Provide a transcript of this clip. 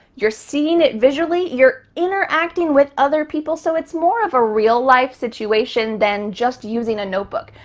you're seeing it visually. you're interacting with other people, so it's more of a real life situation than just using a notebook.